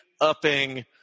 upping